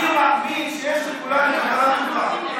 אני מאמין שיש לכולנו כוונה טובה,